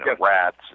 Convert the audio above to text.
rats